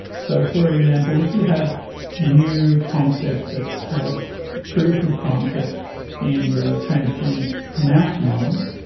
so for example, if you have a new concept that has proof of concept in the transgenic mouse models,